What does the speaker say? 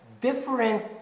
different